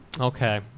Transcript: Okay